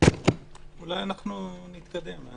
אולי אנחנו נתקדם.